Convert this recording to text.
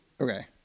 okay